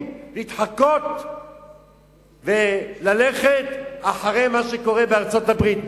להתחקות וללכת אחרי מה שקורה בארצות-הברית.